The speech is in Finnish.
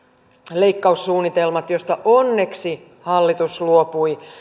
leikkaussuunnitelmat joista onneksi hallitus luopui